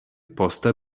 poste